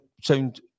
sound